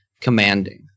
commanding